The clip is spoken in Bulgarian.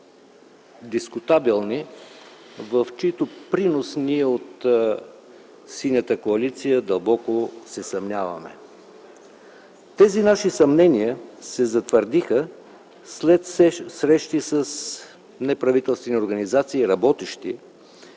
дискотабилни , в чиито принос ние от Синята коалиция дълбоко се съмняваме. Тези наши съмнения се затвърдиха след срещи с неправителствени организации, работещи